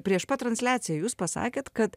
prieš pat transliaciją jūs pasakėt kad